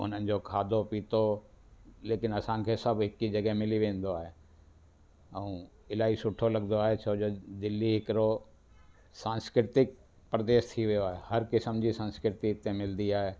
उन्हनि जो खाधो पीतो लेकिन असांखे सभु हिक ई जॻहि मिली वेंदो आहे ऐं इलाही सुठो लगंदो आहे छो जो दिल्ली हिकिड़ो संस्कृतिक प्रदेश थी वियो आहे हर क़िस्म जी संस्कृती हिते मिलंदी आहे